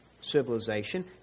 civilization